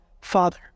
Father